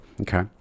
Okay